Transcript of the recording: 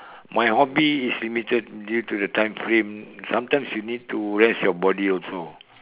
my hobby is limited due to the time frame sometimes you need to rest your body also